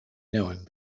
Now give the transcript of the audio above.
knowing